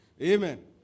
Amen